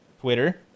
Twitter